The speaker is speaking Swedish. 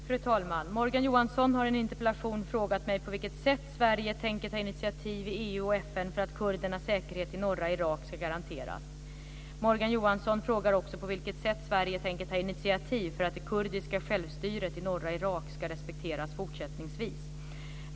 Fru talman! Morgan Johansson har i en interpellation frågat mig på vilket sätt Sverige tänker ta initiativ i EU och FN för att kurdernas säkerhet i norra Irak ska garanteras. Morgan Johansson frågar också på vilket sätt Sverige tänker ta initiativ för att det kurdiska självstyret i norra Irak ska respekteras fortsättningsvis.